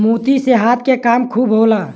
मोती से हाथ के काम खूब होला